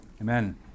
Amen